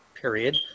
period